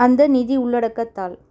அந்த நிதி உள்ளடக்கத் தாள்